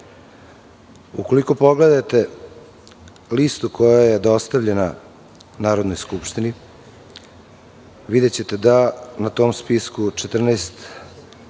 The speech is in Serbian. pogledate listu koja je dostavljena Narodnoj skupštini videćete da na tom spisku 14